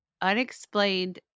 unexplained